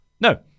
no